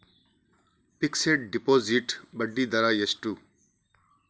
Fixed deposit ಬಡ್ಡಿ ದರ ಎಷ್ಟು?